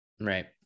right